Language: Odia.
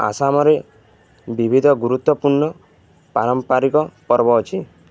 ଆସାମରେ ବିବିଧ ଗୁରୁତ୍ୱପୂର୍ଣ୍ଣ ପାରମ୍ପାରିକ ପର୍ବ ଅଛି